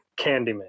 Candyman